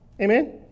Amen